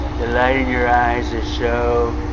the light in your eyes is so.